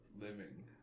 living